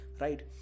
Right